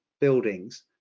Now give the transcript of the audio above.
buildings